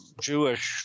Jewish